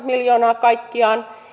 miljoonaa kaikkiaan